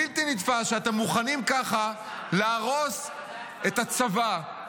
בלתי נתפס שאתם מוכנים ככה להרוס את הצבא,